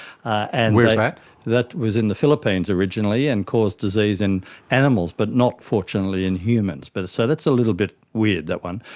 and that that was in the philippines originally and caused disease in animals but not, fortunately, in humans. but so that's a little bit weird, that one.